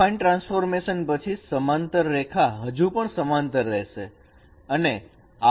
affine transformation પછી સમાંતર રેખા હજુ પણ સમાંતર રહેશે